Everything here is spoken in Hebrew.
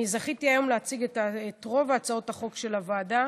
אני זכיתי היום להציג את רוב הצעות החוק של הוועדה,